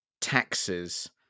taxes